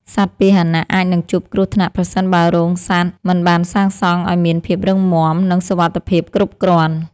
សត្វពាហនៈអាចនឹងជួបគ្រោះថ្នាក់ប្រសិនបើរោងសត្វមិនបានសាងសង់ឱ្យមានភាពរឹងមាំ និងសុវត្ថិភាពគ្រប់គ្រាន់។